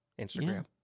Instagram